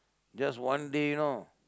just one day you know